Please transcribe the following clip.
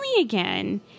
again